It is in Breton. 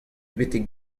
betek